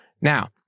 Now